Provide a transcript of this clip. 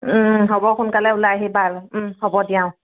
হ'ব সোনকালে ওলাই আহিবা হ'ব দিয়া অ'